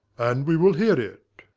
and we will hear it.